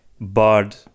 Bard